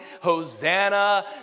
Hosanna